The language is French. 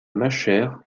machère